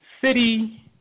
city